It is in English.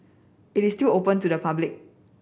it still open to the public